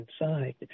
inside